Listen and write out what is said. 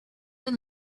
been